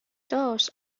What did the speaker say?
داشت